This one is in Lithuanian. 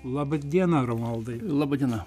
laba diena romualdai laba diena